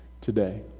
today